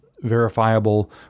verifiable